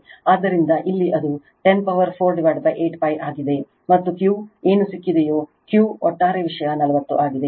ಆದ್ದರಿಂದ ಇಲ್ಲಿ ಅದು 10 ಪವರ್ 48 π ಆಗಿದೆ ಮತ್ತು Q ಏನು ಸಿಕ್ಕಿದೆಯೋ Q ಒಟ್ಟಾರೆ ವಿಷಯ 40 ಆಗಿದೆ